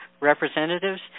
representatives